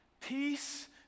Peace